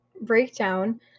breakdown